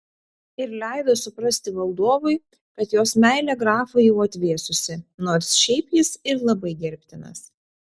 ir leido suprasti valdovui kad jos meilė grafui jau atvėsusi nors šiaip jis ir labai gerbtinas